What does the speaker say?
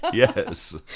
yes.